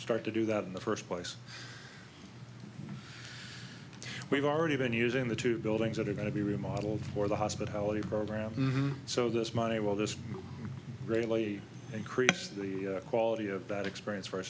start to do that in the first place we've already been using the two buildings that are going to be remodeled for the hospitality program so this money well this really increase the quality of that experience for our